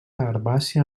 herbàcia